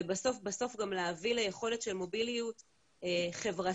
ובסוף גם להביא ליכולת של מוביליות חברתית,